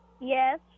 Yes